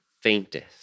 faintest